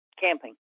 Camping